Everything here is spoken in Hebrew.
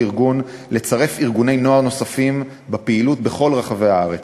ארגון ולצרף ארגוני נוער נוספים לפעילות בכל רחבי הארץ.